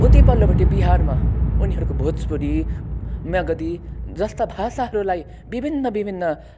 उ त्यहीँ पल्लोपटि बिहारमा उनीहरूको भोजपुरी मगदी जस्ता भाषाहरूलाई विभिन्न विभिन्न